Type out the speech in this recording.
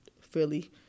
Philly